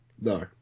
No